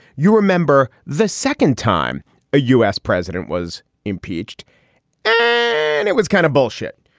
you remember the second time a u s. president was impeached and it was kind of bullshit.